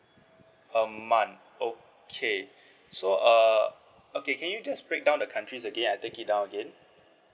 a month okay so err okay can you just break down the countries again I take it down again